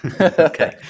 Okay